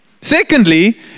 Secondly